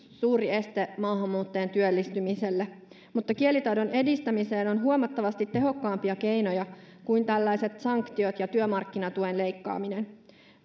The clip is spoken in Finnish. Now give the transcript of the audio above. suuri este maahanmuuttajien työllistymiselle mutta kielitaidon edistämiseen on huomattavasti tehokkaampia keinoja kuin tällaiset sanktiot ja työmarkkinatuen leikkaaminen